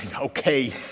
okay